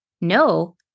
no